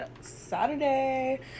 Saturday